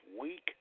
week